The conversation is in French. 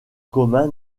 commun